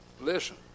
listen